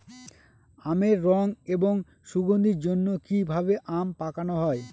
আমের রং এবং সুগন্ধির জন্য কি ভাবে আম পাকানো হয়?